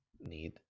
need